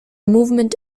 movement